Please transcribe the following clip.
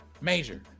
Major